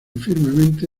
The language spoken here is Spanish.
firmemente